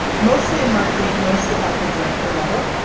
mostly in marketing, mostly at the director level,